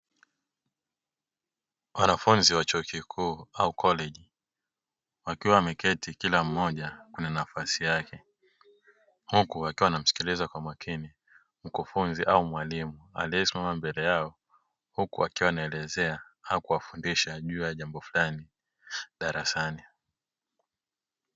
Wanafunzi wa chuo kikuu au koleji, wakiwa wameketi kila mmoja kwenye nafasi yake, huku wakiwa wanamsikiliza kwa makini mkufunzi au mwalimu aliyesimama mbele yao, huku akiwa anaelezea au kuwafundisha juu yajambo flani, darasani.